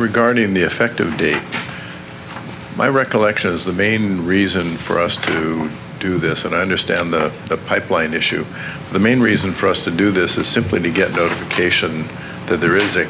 regarding the effective date my recollection is the bane reason for us to do this and i understand the pipeline issue the main reason for us to do this is simply to get cation that there is a